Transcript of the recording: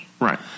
right